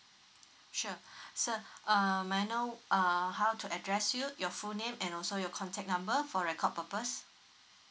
sure sir uh may I know uh how to address you your full name and also your contact number for record purpose